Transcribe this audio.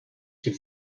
qu’il